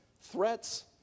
threats